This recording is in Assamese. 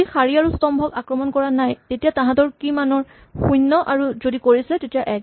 যদি শাৰী আৰু স্তম্ভক আক্ৰমণ কৰা নাই তেতিয়া তাঁহাতৰ কী ৰ মান শূণ্য আৰু যদি কৰিছে তেতিয়া এক